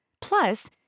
Plus